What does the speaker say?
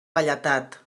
velledat